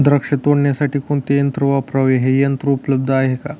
द्राक्ष तोडण्यासाठी कोणते यंत्र वापरावे? हे यंत्र उपलब्ध आहे का?